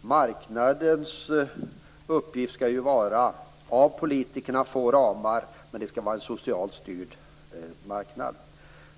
Marknaden skall ju få ramar av politikerna, men det skall vara en socialt styrd marknad.